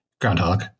Groundhog